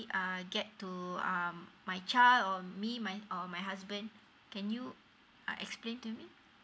uh get to uh my child or me my or my husband can you uh explain to you